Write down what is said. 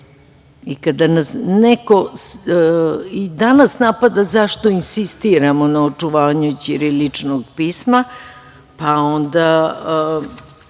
nas neko i danas napada zašto insistiramo na očuvanju ćiriličnog pisma pa onda